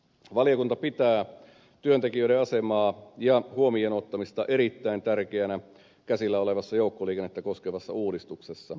valiokunta pitää työntekijöiden asemaa ja huomioon ottamista erittäin tärkeänä käsillä olevassa joukkoliikennettä koskevassa uudistuksessa